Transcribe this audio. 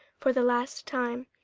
for the last time.